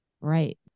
Right